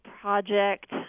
project